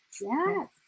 Yes